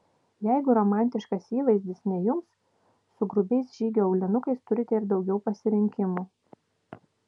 jeigu romantiškas įvaizdis ne jums su grubiais žygio aulinukais turite ir daugiau pasirinkimų